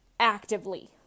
actively